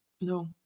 No